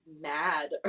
mad